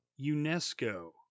UNESCO